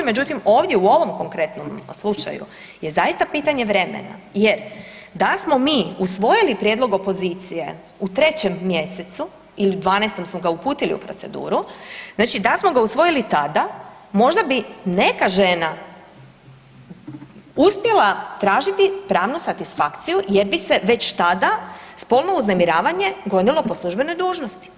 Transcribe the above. Međutim, ovdje u ovom konkretnom slučaju je zaista pitanje vremena jer da smo mi usvojili prijedlog opozicije u 3 mjesecu ili u 12 smo ga uputili u proceduru, znači da smo ga usvojili tada možda bi neka žena uspjela tražiti pravnu satisfakciju jer bi se već tada spolno uznemiravanje gonilo po službenoj dužnosti.